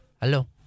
Hello